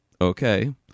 Okay